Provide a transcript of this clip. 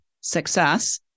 Success